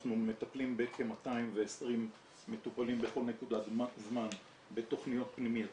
אנחנו מטפלים בכ-220 מטופלים בכל נקודת זמן בתכניות פנימייה